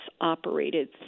operated